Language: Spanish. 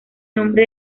nombre